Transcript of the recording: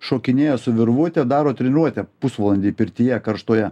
šokinėja su virvute daro treniruotę pusvalandį pirtyje karštoje